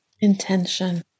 Intention